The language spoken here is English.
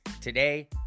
Today